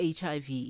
HIV